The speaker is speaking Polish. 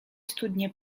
studnie